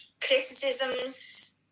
criticisms